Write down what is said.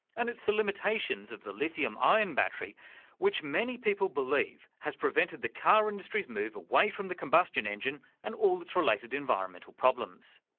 and it's the limitations of the lithium-ion battery which many people believe has prevented the car industry's move away from the combustion engine and all its related environmental problems.